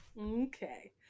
Okay